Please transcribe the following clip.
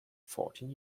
fourteen